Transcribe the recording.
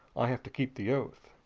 i have to keep the oath!